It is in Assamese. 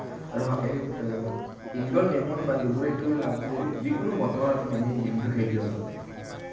আৰু ইনড'ৰ গেমত বা লুডুৰ এইটোৱেই লাভ যে যিকোনো বতৰত আমি গেমটো খেলিব পাৰোঁ